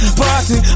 party